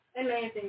Amazing